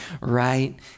right